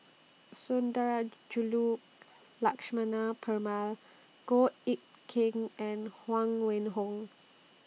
Sundarajulu Lakshmana Perumal Goh Eck Kheng and Huang Wenhong